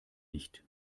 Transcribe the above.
nicht